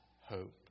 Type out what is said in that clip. hope